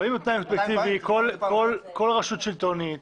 אם תנאי אובייקטיבי, כל רשות שלטונית,